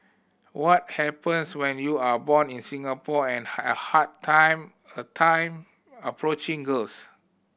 what happens when you are born in Singapore and had a hard time a time approaching girls